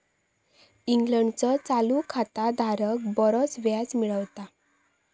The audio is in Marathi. इंग्लंडचो चालू खाता धारक बरोच व्याज मिळवता